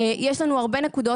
יש לנו הרבה נקודות.